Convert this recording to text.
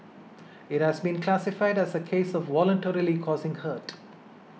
it has been classified as a case of voluntarily causing hurt